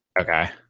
Okay